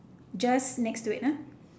just next to it ah